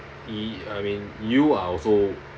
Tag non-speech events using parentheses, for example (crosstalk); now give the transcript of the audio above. (noise) I mean you are also